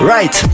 Right